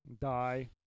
die